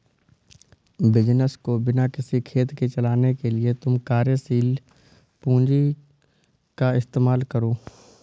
business को बिना किसी खेद के चलाने के लिए तुम कार्यशील पूंजी का इस्तेमाल करो